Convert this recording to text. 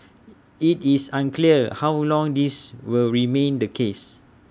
IT is unclear how long this will remain the case